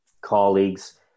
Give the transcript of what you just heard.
colleagues